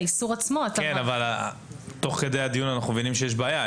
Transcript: אבל תוך כדי הדיון אנחנו מבינים שיש בעיה.